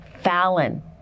Fallon